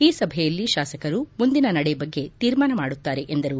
ಈ ಸಭೆಯಲ್ಲಿ ಶಾಸಕರು ಮುಂದಿನ ನಡೆ ಬಗ್ಗೆ ತೀರ್ಮಾನ ಮಾಡುತ್ತಾರೆ ಎಂದರು